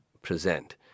present